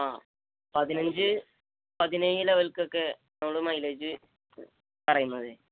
ആ പതിനഞ്ച് പതിനേഴ് ലെവൽക്കൊക്കെ നമ്മൾ മൈലേജ് പറയുന്നത്